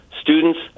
students